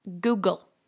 Google